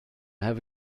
have